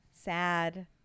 sad